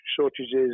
shortages